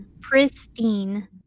pristine